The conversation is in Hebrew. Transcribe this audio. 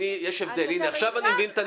אז אתה מנותק.